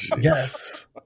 yes